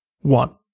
one